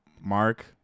Mark